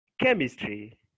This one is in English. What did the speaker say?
chemistry